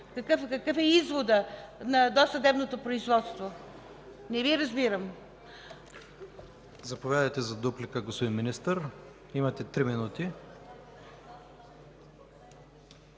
какъв е изводът на досъдебното производство? Не Ви разбирам.